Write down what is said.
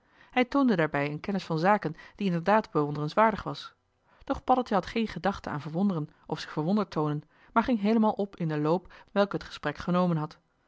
hij toonde daarbij een kennis van zaken die inderdaad bewonderenswaardig was doch paddeltje had geen gedachte aan verwonderen of zich verwonderd toonen maar ging heelemaal op in den loop welken het gesprek genomen had